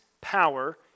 power